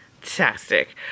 fantastic